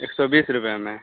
ایک سو بیس روپے میں